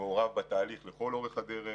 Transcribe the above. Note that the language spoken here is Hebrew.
מעורב בתהליך לאורך כל הדרך,